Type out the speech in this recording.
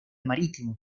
marítimo